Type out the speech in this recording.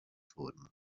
forma